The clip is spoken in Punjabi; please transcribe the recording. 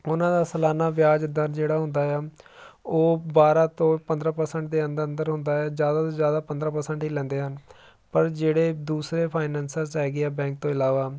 ਉਹਨਾਂ ਦਾ ਸਲਾਨਾ ਵਿਆਜ ਦਰ ਜਿਹੜਾ ਹੁੰਦਾ ਆ ਉਹ ਬਾਰਾਂ ਤੋਂ ਪੰਦਰਾਂ ਪ੍ਰਸੈਂਟ ਦੇ ਅੰਦਰ ਅੰਦਰ ਹੁੰਦਾ ਹੈ ਜ਼ਿਆਦਾ ਤੋਂ ਜ਼ਿਆਦਾ ਪੰਦਰਾਂ ਪ੍ਰਸੈਂਟ ਹੀ ਲੈਂਦੇ ਹਨ ਪਰ ਜਿਹੜੇ ਦੂਸਰੇ ਫਾਈਨੈਂਸਰਸ ਹੈਗੇ ਆ ਬੈਂਕ ਤੋਂ ਇਲਾਵਾ